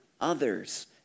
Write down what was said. others